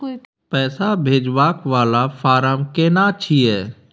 पैसा भेजबाक वाला फारम केना छिए?